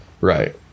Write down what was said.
right